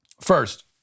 First